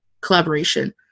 collaboration